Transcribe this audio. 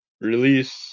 Release